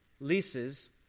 leases